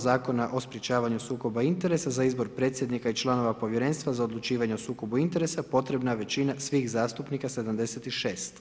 Zakona o sprječavanju sukoba interesa za izbor predsjednika i članova Povjerenstva za odlučivanje o sukobu interesa potrebna većina svih zastupnika 76.